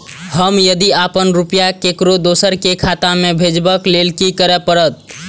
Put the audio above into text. हम यदि अपन रुपया ककरो दोसर के खाता में भेजबाक लेल कि करै परत?